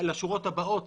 במקום פחם ישרפו גז,